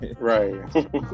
right